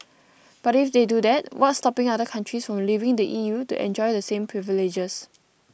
but if they do that what's stopping other countries from leaving the E U to enjoy the same privileges